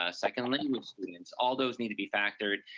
ah second language students. all those need to be factored,